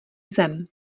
zem